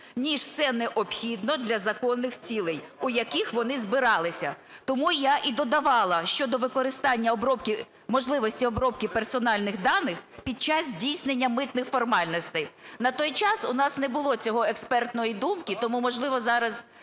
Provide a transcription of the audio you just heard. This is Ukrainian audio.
ніж це необхідно для законних цілей, у яких вони збиралися. Тому я і додавала щодо використання, можливості обробки персональних даних: "під час здійснення митних формальностей". На той час у нас не було цього експертної думки. Тому, можливо, зараз,